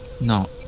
no